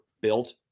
Built